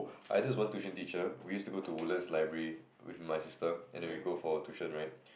I just one tuition teacher we used to go to Woodlands library with my sister and then we go for tuition right